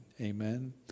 Amen